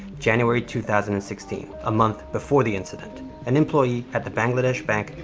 january two thousand and sixteen, a month before the incident. an employee at the bangladesh bank,